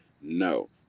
No